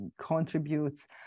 contributes